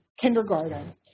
kindergarten